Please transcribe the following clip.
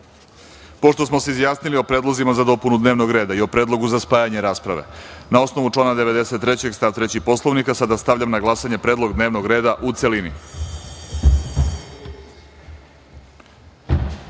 smo se izjasnili o predlozima za dopunu dnevnog reda i o predlogu za spajanje rasprave, na osnovu člana 93. stav 3. Poslovnika, stavljam na glasanje predlog dnevnog reda u